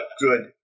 good